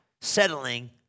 settling